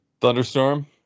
Thunderstorm